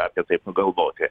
apie tai pagalvoti